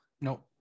No